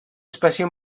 espècie